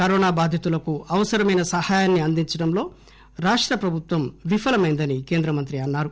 corona బాధితులకు అవసరమైన సహాయాన్ని అందించడంలో రాష్ట ప్రభుత్వం విఫలమైందని కేంద్ర మంత్రి అన్నారు